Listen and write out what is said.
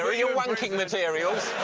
ah your wanking materials.